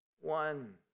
one